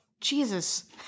Jesus